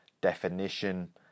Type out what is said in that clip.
definition